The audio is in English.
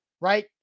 right